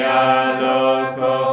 aloko